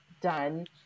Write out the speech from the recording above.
done